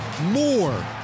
More